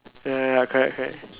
ya ya correct correct